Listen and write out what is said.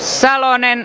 salonen